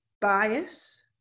bias